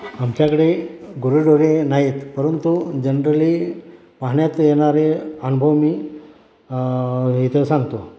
आमच्याकडे गुरंढोरे नाहीत परंतु जनरली पाहण्यात येणारे अनुभव मी इथं सांगतो